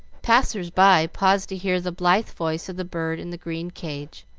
passers-by paused to hear the blithe voice of the bird in the green cage,